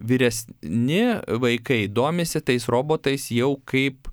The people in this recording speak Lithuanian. vyres ni vaikai domisi tais robotais jau kaip